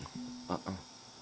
uh uh